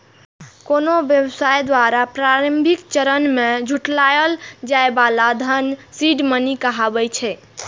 कोनो व्यवसाय द्वारा प्रारंभिक चरण मे जुटायल जाए बला धन सीड मनी कहाबै छै